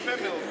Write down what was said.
יפה מאוד,